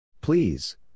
Please